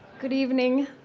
good evening.